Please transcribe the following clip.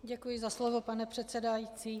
Děkuji za slovo, pane předsedající.